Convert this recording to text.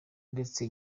ndetse